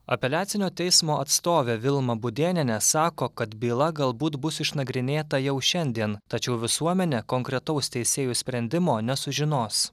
apeliacinio teismo atstovė vilma budėnienė sako kad byla galbūt bus išnagrinėta jau šiandien tačiau visuomenė konkretaus teisėjų sprendimo nesužinos